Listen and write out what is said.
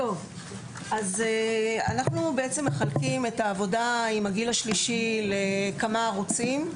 אנחנו מחלקים את העבודה עם הגיל השלישי לכמה ערוצים.